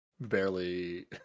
barely